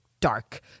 dark